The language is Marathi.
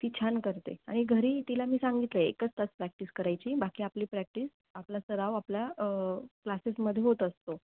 ती छान करते आणि घरी तिला मी सांगितलं आहे एकच तास प्रॅक्टिस करायची बाकी आपली प्रॅक्टिस आपला सराव आपल्या क्लासेसमध्ये होत असतो